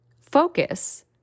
Focus